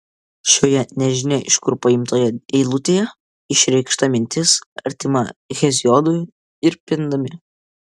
šioje nežinia iš kur paimtoje eilutėje išreikšta mintis artima heziodui ir pindami